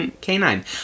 Canine